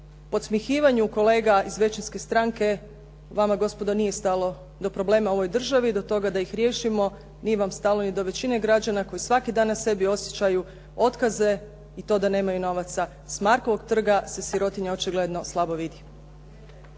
podsmjehivanju kolega iz većinske stranke, vama gospodo nije stalo do problema u ovoj državi i do toga da ih riješimo, nije vam stalo ni do većine građana koji svaki dan na sebi osjećaju otkaze i to da nemaju novaca, s Markovog trga se sirotinja očigledno slabo vidi.